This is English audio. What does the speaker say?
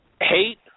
hate